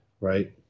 right